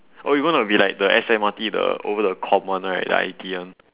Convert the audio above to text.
oh you gonna be like the S_M_R_T the over the comm one right the I_T one